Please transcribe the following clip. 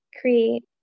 create